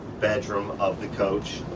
bedroom of the coach.